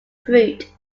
fruit